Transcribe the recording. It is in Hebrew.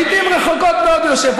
לעיתים רחוקות מאוד הוא יושב פה.